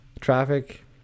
Traffic